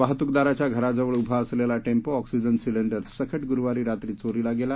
वाहतुकदाराच्या घराजवळ उभा असलेला टेम्पो ऑक्सीजन सिलेंडरसकट गुरुवारी रात्री चोरीला गेला